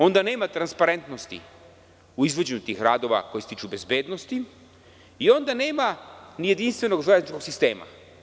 Onda nema transparentnosti u izvođenju radova koji se tiču bezbednosti i onda nema ni jedinstvenog železničkog sistema.